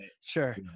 sure